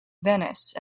venice